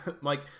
Mike